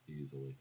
easily